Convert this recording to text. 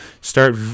Start